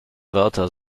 wörter